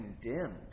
condemned